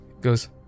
goes